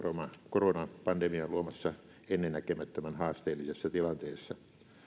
koronapandemian luomassa ennennäkemättömän haasteellisessa tilanteessa